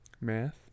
Math